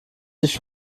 sich